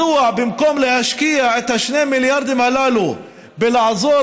מדוע במקום להשקיע את 2 המיליארד הללו בלעזור